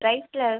ரைஸில்